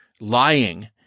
lying